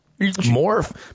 morph